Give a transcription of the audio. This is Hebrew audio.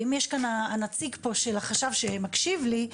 אם יש פה נציג של החשב שמקשיב לי,